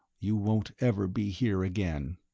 you won't ever be here again.